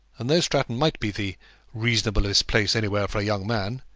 and though stratton might be the reasonablest place anywhere for a young man,